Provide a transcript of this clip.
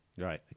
Right